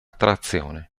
trazione